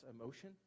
emotion